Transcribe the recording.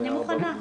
אני מוכנה.